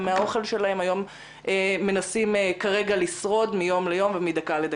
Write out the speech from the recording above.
ומהאוכל שלהם היום מנסים כרגע לשרוד מיום ליום ומדקה לדקה?